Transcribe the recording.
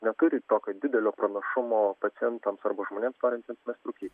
neturi tokio didelio pranašumo pacientams arba žmonėms norintiems mest rūkyt